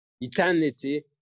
eternity